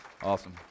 Awesome